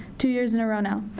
two years in a row now.